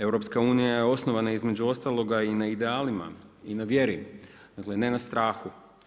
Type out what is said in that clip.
EU je osnova između ostaloga i na idealima, na vjeru, dakle, ne na strahu.